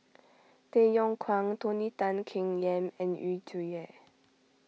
Tay Yong Kwang Tony Tan Keng Yam and Yu Zhuye